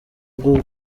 bwo